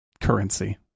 Currency